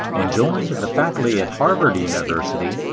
and joined the faculty at harvard university,